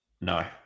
No